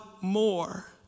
more